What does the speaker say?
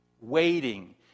Waiting